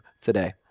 today